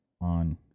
on